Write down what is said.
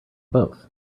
both